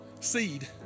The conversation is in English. seed